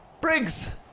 Briggs